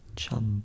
chum